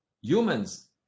humans